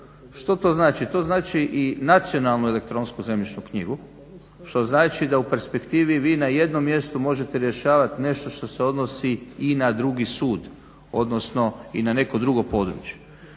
što to znači? To znači i nacionalnu elektronsku zemljišnu knjigu što znači da u perspektivi vi na jednom mjestu možete rješavati nešto što se odnosi i na drugi sud odnosno i na neki drugo područje.